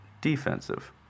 Defensive